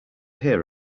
hear